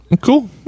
cool